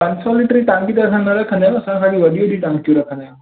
पंज सौ लीटर जी टांकी त असां न रखंदा आहियूं असां खाली वॾियूं वॾियूं टांकियूं रखंदा आहियूं